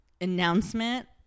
announcement